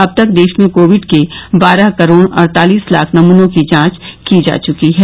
अब तक देश में कोविड के बारह करोड अड़तालीस लाख नमूनों की जांच की जा चुकी है